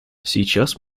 сейчас